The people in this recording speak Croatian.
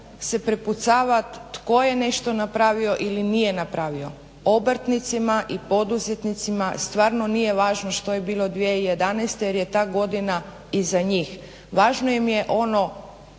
se prepucavat tko je nešto napravo ili nije napravio. Obrtnicima i poduzetnicima stvarno nije važno što je bilo 2011. jer je ta godina iza njih. Važno im je ono